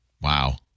Wow